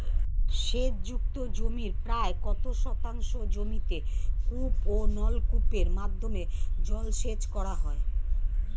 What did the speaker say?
সেচ যুক্ত জমির প্রায় কত শতাংশ জমিতে কূপ ও নলকূপের মাধ্যমে জলসেচ করা হয়?